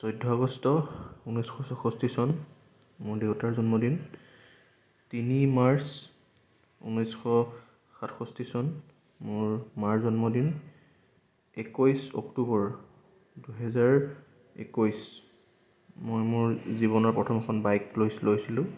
চৈধ্য আগষ্ট ঊনৈছশ চৌষষ্ঠি চন মোৰ দেউতাৰ জন্মদিন তিনি মাৰ্চ ঊনৈছশ সাতষষ্ঠি চন মোৰ মাৰ জন্মদিন একৈছ অক্টোবৰ দুহেজাৰ একৈছ মই মোৰ জীৱনৰ প্ৰথমখন বাইক লৈ লৈছিলোঁ